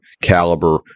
caliber